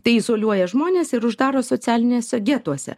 tai izoliuoja žmones ir uždaro socialiniuose getuose